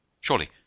Surely